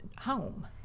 home